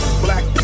black